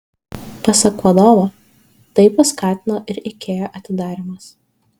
pasak vadovo tai paskatino ir ikea atidarymas